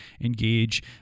engage